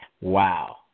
Wow